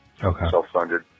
self-funded